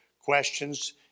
Questions